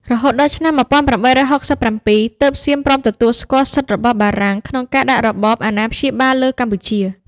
រហូតដល់ឆ្នាំ ១៨៦៧ ទើបសៀមព្រមទទួលស្គាល់សិទ្ធិរបស់បារាំងក្នុងការដាក់របបអាណាព្យាបាលលើកម្ពុជា។